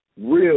Real